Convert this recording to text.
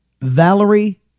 Valerie